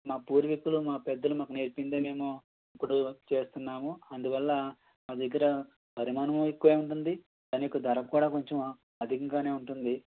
మా పూర్వీకులు మా పెద్దలు మాకు నేర్పిందే మేము ఇప్పుడు చేస్తున్నాము అందువల్ల మాదగ్గర పరిమాణమూ ఎక్కువే ఉంటుంది దానియొక్క ధర కూడా కొంచెం అధికంగానే ఉంటుంది